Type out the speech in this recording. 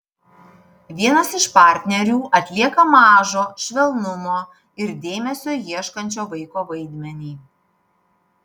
vienas iš partnerių atlieka mažo švelnumo ir dėmesio ieškančio vaiko vaidmenį